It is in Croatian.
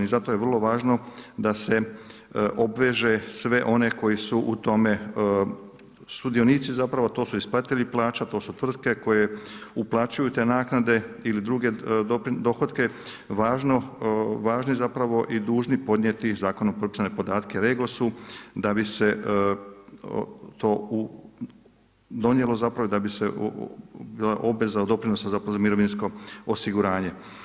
I zato je vrlo važno da se obveže sve one koji su u tome sudionici zapravo, a to su isplatitelji plaća, to su tvrtke koje uplaćuju te naknade ili druge dohotke, važni i dužni podnijeti zakonom propisane podatke REGOS-u da bi se to donijelo zapravo i da bi se, bila obveza za mirovinsko osiguranje.